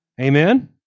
Amen